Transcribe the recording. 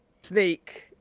sneak